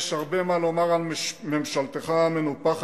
יש הרבה מה לומר על ממשלתך המנופחת,